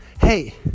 Hey